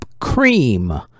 Cream